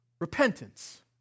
repentance